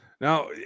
Now